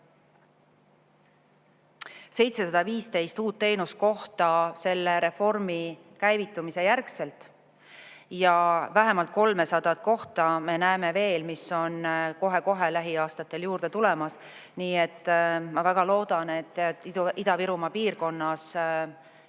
715 uut teenuskohta pärast selle reformi käivitumist ja vähemalt 300 kohta me näeme veel, mis on kohe-kohe lähiaastatel juurde tulemas. Ma väga loodan, et Ida-Virumaa piirkonnas need